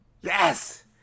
Yes